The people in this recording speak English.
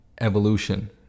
evolution